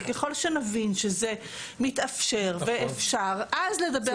וככל שנבין שזה מתאפשר ואפשר, אז לדבר.